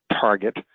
target